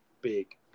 big